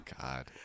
God